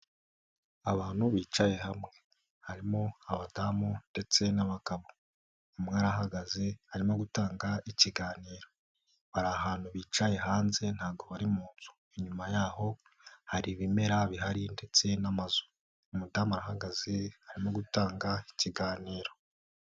Abantu bicaye hamwe harimo abadamu ndetse n'abagabo, umwe arahagaze arimo gutanga ikiganiro, bari ahantu bicaye hanze ntago bari mu nzu, inyuma yaho hari ibimera bihari ndetse n'amazu, umudamu arahagaze arimo gutanga ikiganiro.